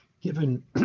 given